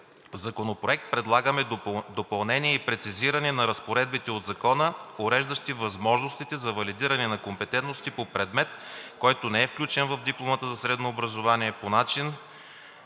законопроект предлагаме допълнение и прецизиране на разпоредбите от Закона, уреждащи възможностите за валидиране на компетентности по предмет, който не е включен в дипломата за средно образование, по начин,